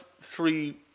three